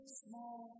small